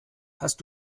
hast